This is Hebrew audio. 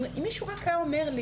אם מישהו רק היה אומר לי